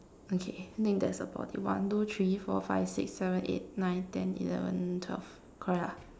okay I think that's about it one two three four five six seven eight nine ten eleven twelve correct lah